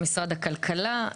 הכלכלה,